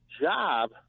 job